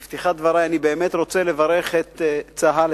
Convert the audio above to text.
בפתיחת דברי אני באמת רוצה לברך את צה"ל,